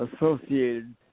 associated